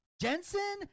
Jensen